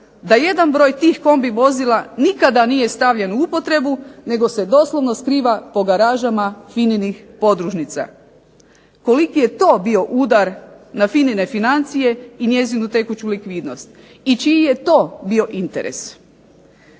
da jedan broj tih kombi vozila nikada nije stavljen u upotrebu nego se doslovno skriva po garažama FINA-inih podružnica. Koliki je to bio udar na FINA-ine financije i tekuću likvidnost i čiji je to bio interes.